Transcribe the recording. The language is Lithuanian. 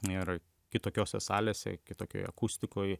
ir kitokiose salėse kitokioje akustikoj